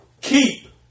Keep